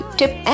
tip